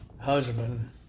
husband